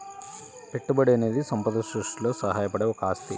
పెట్టుబడి అనేది సంపద సృష్టిలో సహాయపడే ఒక ఆస్తి